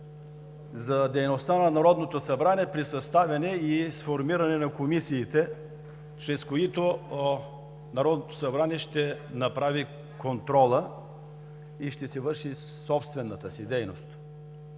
за дейността на Народното събрание при съставяне и формиране на комисиите, чрез които Народното събрание ще направи контрола и ще върши собствената си дейност.